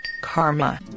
karma